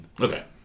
Okay